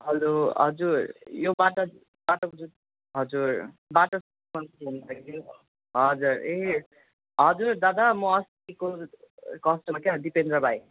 hello हजुर यो Bata बाटाको जुत हजुर बाटा हजुर ए हजुर दादा म अस्तिको कस्टमर क्या दिपेन्द्र भाइ